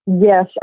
Yes